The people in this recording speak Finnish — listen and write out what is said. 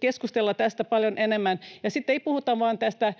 keskustella tästä paljon enemmän. Sitten ei puhuta vain tästä